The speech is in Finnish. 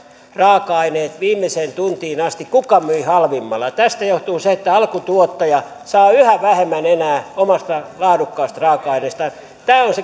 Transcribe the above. raaka aineet viimeiseen tuntiin asti kuka myi halvimmalla tästä johtuu se että alkutuottaja saa yhä vähemmän enää omasta laadukkaasta raaka aineestaan tämä on se